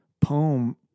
poem